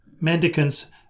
Mendicants